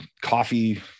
coffee